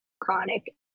chronic